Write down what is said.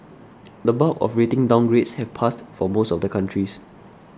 the bulk of rating downgrades have passed for most of the countries